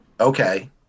Okay